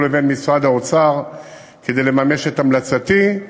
לבין משרד האוצר כדי לממש את המלצתי.